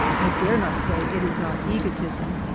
i dare not say it is not egotism,